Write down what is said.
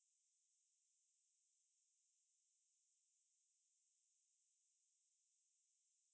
ya but it's like depends on what you like you can just go for bread and like vegetables and you're done for the day but